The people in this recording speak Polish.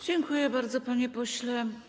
Dziękuję bardzo, panie pośle.